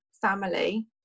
family